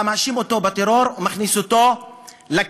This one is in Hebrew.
אתה מאשים אותו בטרור ומכניס אותו לכלא.